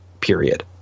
period